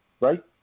right